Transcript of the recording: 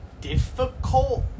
difficult